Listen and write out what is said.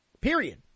Period